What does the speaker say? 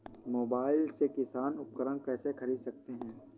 Mobile से किसान उपकरण कैसे ख़रीद सकते है?